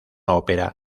ópera